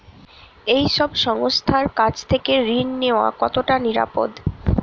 এই সব সংস্থার কাছ থেকে ঋণ নেওয়া কতটা নিরাপদ?